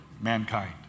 mankind